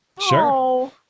Sure